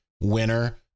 winner